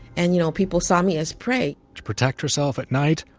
and you know, people saw me as prey. to protect herself at night,